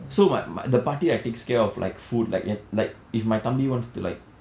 so my my the பாட்டி:paatti right takes care of like food like என்:en like if my தம்பி:thambi wants to like